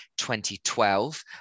2012